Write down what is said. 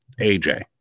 AJ